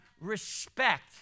respect